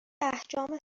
احجام